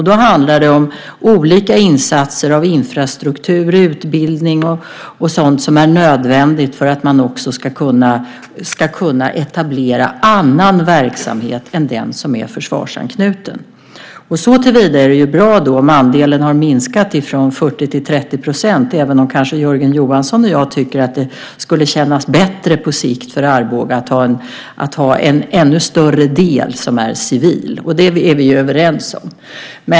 Då handlar det om olika insatser av infrastruktur, utbildning och sådant som är nödvändigt för att också etablera annan verksamhet än den som är försvarsanknuten. Såtillvida är det bra om andelen har minskat från 40 till 30 %, även om Jörgen Johansson och jag tycker att det skulle kännas bättre på sikt för Arboga att ha en ännu större civil del. Det är vi överens om.